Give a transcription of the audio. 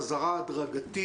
של חזרה הדרגתית,